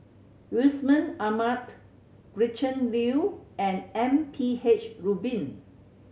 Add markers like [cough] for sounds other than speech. Yusman [unintelligible] Gretchen Liu and M P H Rubin